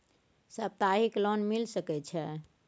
सप्ताहिक लोन मिल सके छै?